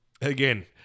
again